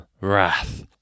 wrath